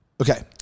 Okay